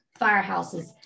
firehouses